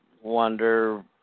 wonder